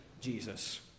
Jesus